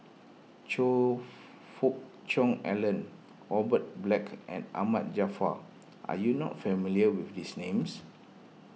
Choe Fook Cheong Alan Robert Black and Ahmad Jaafar are you not familiar with these names